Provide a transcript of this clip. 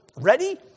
ready